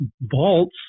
vaults